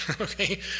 okay